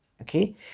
Okay